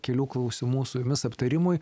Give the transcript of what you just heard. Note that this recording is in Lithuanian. kelių klausimų su jumis aptarimui